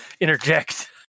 interject